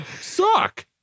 Suck